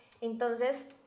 entonces